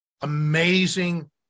amazing